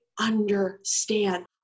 Understand